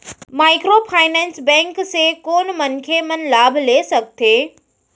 Microfinance bank से कोन मनखे मन लाभ ले सकथे?